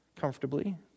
comfortably